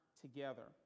together